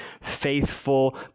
faithful